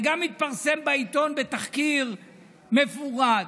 זה גם התפרסם בעיתון בתחקיר מפורט.